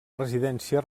residència